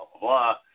blah